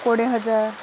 କୋଡ଼ିଏ ହଜାର